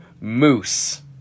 moose